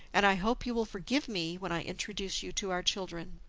and i hope you will forgive me when i introduce you to our children,